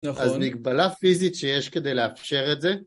נכון. אז מגבלה פיזית שיש כדי לאפשר את זה.